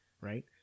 right